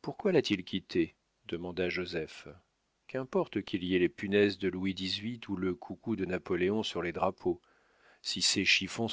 pourquoi l'a-t-il quittée demanda joseph qu'importe qu'il y ait les punaises de louis xviii ou le coucou de napoléon sur les drapeaux si ces chiffons